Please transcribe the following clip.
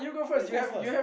you go first